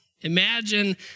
Imagine